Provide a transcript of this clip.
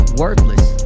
worthless